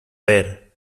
ver